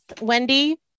Wendy